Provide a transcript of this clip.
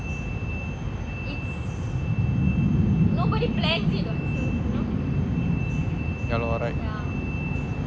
yeah you are right